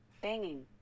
banging